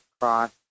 cross